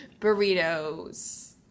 Burritos